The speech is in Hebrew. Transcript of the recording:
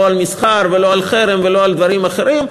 לא על מסחר ולא על חרם ולא על דברים אחרים.